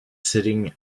sitting